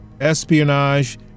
espionage